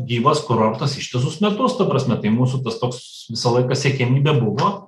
gyvas kurortas ištisus metus ta prasme tai mūsų tas toks visą laiką siekiamybė buvo